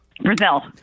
Brazil